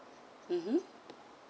mmhmm